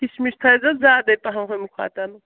کِمِش تھٲے زیٚو زیادَے پہم ہُمہِ کھۄتَن